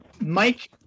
Mike